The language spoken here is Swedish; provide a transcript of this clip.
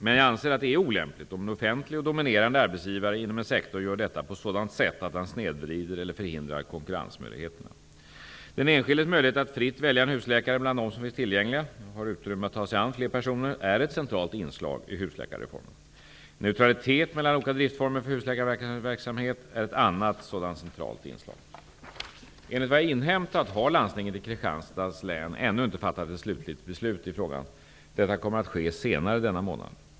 Men jag anser att det är olämpligt om en offentlig och dominerande arbetsgivare inom en sektor gör detta på sådant sätt att han snedvrider eller förhindrar konkurrensmöjligheterna. Den enskildes möjlighet att fritt välja en husläkare bland dem som finns tillgängliga och har utrymme att ta sig an fler personer är ett centralt inslag i husläkarreformen. Neutralitet mellan olika driftsformer för husläkarverksamhet är ett annat sådant centralt inslag. Enligt vad jag har inhämtat har landstinget i Kristianstads län ännu inte fattat ett slutligt beslut i frågan. Detta kommer att ske senare i denna månad.